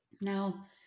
now